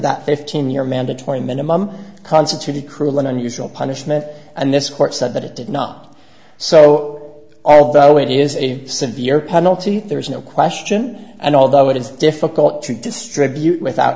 that fifteen year mandatory minimum constituted cruel and unusual punishment and this court said that it did not so although it is a severe penalty there is no question and although it is difficult to distribute without